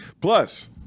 Plus